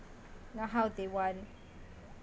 know how they want